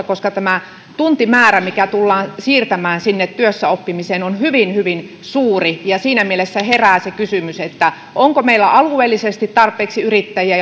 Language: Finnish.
koska tämä tuntimäärä mikä tullaan siirtämään sinne työssäoppimiseen on hyvin hyvin suuri siinä mielessä herää se kysymys onko meillä alueellisesti tarpeeksi yrittäjiä